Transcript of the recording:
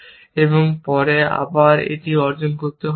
এবং পরে আবার এটি অর্জন করতে হবে না